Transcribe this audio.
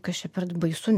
kas čia per baisu